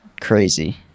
crazy